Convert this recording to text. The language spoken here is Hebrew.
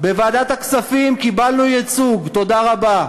בוועדת הכספים קיבלנו ייצוג, תודה רבה.